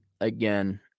again